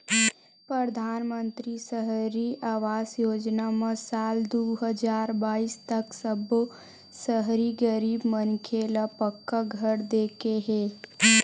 परधानमंतरी सहरी आवास योजना म साल दू हजार बाइस तक सब्बो सहरी गरीब मनखे ल पक्का घर दे के हे